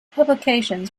publications